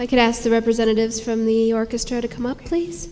i could ask the representatives from the orchestra to come up please